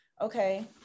Okay